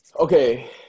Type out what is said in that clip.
Okay